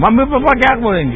mummy पापा क्या बोलेंगे